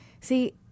see